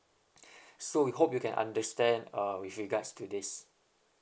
so we hope you can understand uh with regards to this